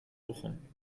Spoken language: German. bochum